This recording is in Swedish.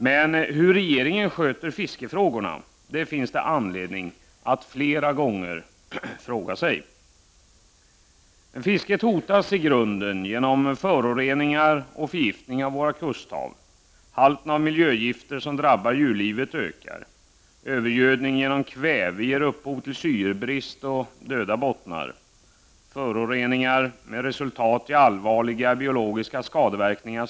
Man har dock anledning att fråga sig hur regeringen sköter fiskefrågorna. Fisket hotas i grunden genom föroreningar och förgiftningar av våra kusthav. Halten av de miljögifter som drabbar djurlivet ökar. Övergödning av kväve ger upphov till syrebrist och döda bottnar. Föroreningar släpps ut, som resulterar i allvarliga biologiska skadeverkningar.